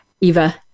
Eva